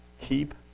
keep